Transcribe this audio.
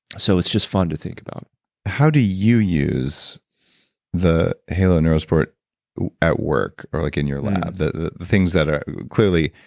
so, it's just fun to think about how do you use the halo neuro sport at work? or like in your lab? the things that. clearly,